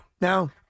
No